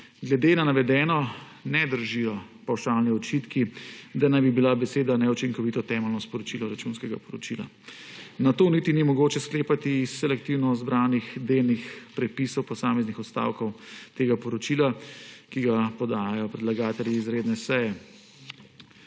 Glede na navedeno ne držijo pavšalni očitki, da naj bi bila beseda »neučinkovito« temeljno sporočilo Računskega poročila. Na to niti ni mogoče sklepati iz selektivno zbranih delnih prepisov posameznih odstavkov tega poročila, ki ga podajajo predlagatelji izredne seje.